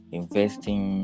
investing